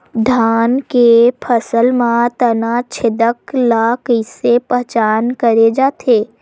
धान के फसल म तना छेदक ल कइसे पहचान करे जाथे?